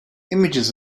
images